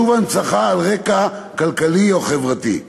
שוב הנצחה על רקע כלכלי או חברתי.